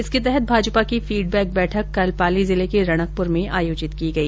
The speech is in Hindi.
इसके तहत भाजपा की फीडबैक बैठक कल पाली जिले के रणकपुर में आयोजित की गई